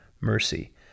mercy